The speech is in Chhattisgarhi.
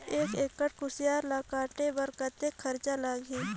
एक एकड़ कुसियार ल काटे बर कतेक खरचा लगही?